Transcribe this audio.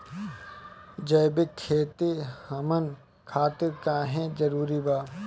जैविक खेती हमन खातिर काहे जरूरी बा?